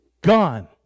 gone